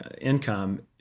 income